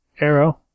Arrow